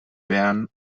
bern